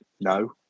No